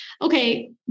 Okay